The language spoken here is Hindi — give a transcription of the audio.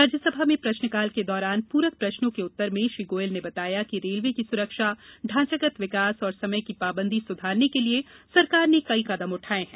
राज्यसभा में प्रश्नकाल के दौरान पूरक प्रश्नों के उत्तर में श्री गोयल ने बताया कि रेलवे की सुरक्षा ढांचागत विकास और समय की पाबन्दी सुधारने के लिए सरकार ने कई कदम उठाये हैं